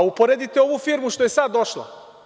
Uporedite ovu firmu što je sad došla.